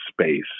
space